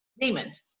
demons